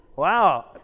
Wow